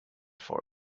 for